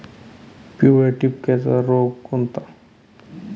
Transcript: पिवळ्या ठिपक्याचा रोग कोणता?